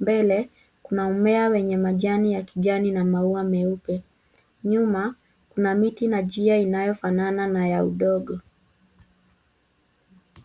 Mbele kuna mmea wenye majani ya kijani na maua meupe. Nyuma, kuna miti na njia inayofanana na ya udongo.